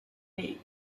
today